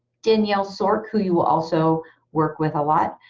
danielle sork, who you will also work with a lot,